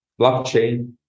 blockchain